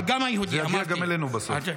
זה יגיע גם אלינו בסוף.